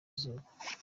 izuba